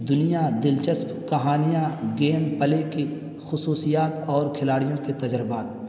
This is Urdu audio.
دنیا دلچسپ کہانیاں گیم پلے کی خصوصیات اور کھلاڑیوں کے تجربات